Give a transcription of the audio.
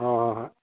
ꯍꯣꯏ ꯍꯣꯏ ꯍꯣꯏ